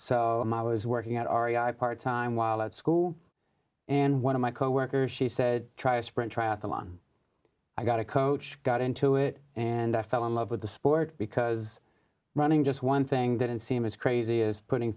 so i was working at r e i part time while at school and one of my coworkers she said try a sprint triathlon i got a coach got into it and i fell in love with the sport because running just one thing didn't seem as crazy as putting